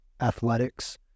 athletics